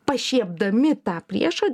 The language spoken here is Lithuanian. pašiepdami tą priešą